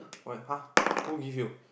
why !huh! who give you